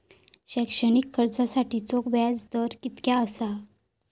शैक्षणिक कर्जासाठीचो व्याज दर कितक्या आसा?